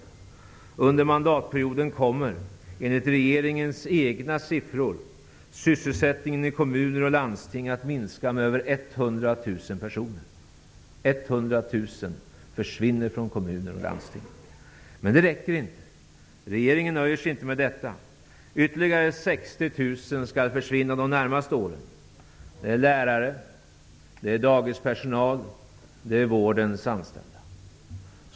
Under mandatperioden kommer, enligt regeringens egna siffror, sysselsättningen i kommuner och landsting att minska med över 100 000 anställda skall försvinna i kommuner och landsting. Men det räcker inte. Regeringen nöjer sig inte med detta. Ytterligare 60 000 jobb skall försvinna de närmaste åren. Det gäller lärare, dagispersonal och anställda i vården.